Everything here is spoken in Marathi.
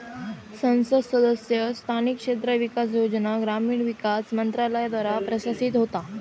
संसद सदस्य स्थानिक क्षेत्र विकास योजना ग्रामीण विकास मंत्रालयाद्वारा प्रशासित होता